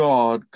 God